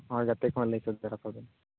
ᱦᱚᱸ ᱜᱟᱛᱮ ᱠᱚᱦᱚᱸ ᱞᱟᱹᱭ ᱛᱚᱨᱟ ᱟᱠᱚ ᱵᱤᱱ